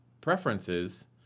preferences